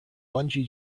bungee